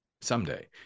someday